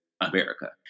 America